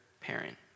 parent